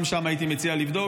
גם שם הייתי מציע לבדוק,